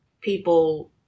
people